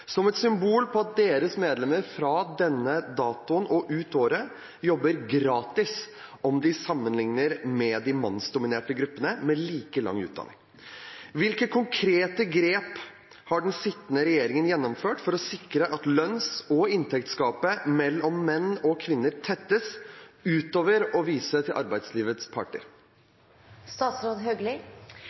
som et symbol på at deres medlemmer fra denne datoen og ut året jobber «gratis» om de sammenligner seg med de mannsdominerte gruppene med like lang utdanning. Hvilke konkrete grep har den sittende regjering gjennomført for å sikre at lønns- og inntektsgapet mellom menn og kvinner tettes, ut over å vise til arbeidslivets parter?»